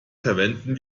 verwenden